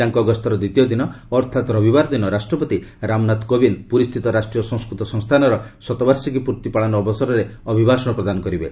ତାଙ୍କ ଗସ୍ତର ଦ୍ୱିତୀୟ ଦିନ ଅର୍ଥାତ୍ ରବିବାର ଦିନ ରାଷ୍ଟ୍ରପତି ରାମନାଥ କୋବିନ୍ଦ୍ ପୁରୀସ୍ଥିତ ରାଷ୍ଟ୍ରୀୟ ସଂସ୍କୃତ ସଂସ୍ଥାନର ଶତବାର୍ଷିକୀ ପୂର୍ତ୍ତି ପାଳନ ଅବସରରେ ଅଭିଭାଷଣ ପ୍ରଦାନ କରିବେ